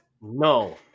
No